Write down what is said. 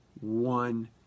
one